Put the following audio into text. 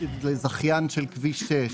זכיין של כביש 6,